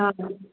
ꯑꯥ